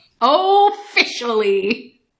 officially